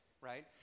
right